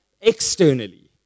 externally